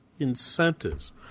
incentives